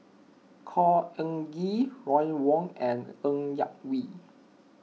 Khor Ean Ghee Ron Wong and Ng Yak Whee